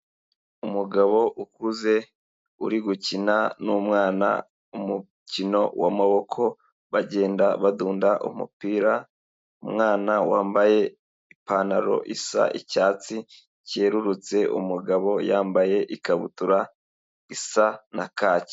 Umugabo ukuze uri gukina n'umwana umukino w'amaboko bagenda badunda umupira, umwana wambaye ipantaro isa icyatsi cyerurutse, umugabo yambaye ikabutura isa na kaki.